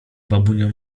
babunią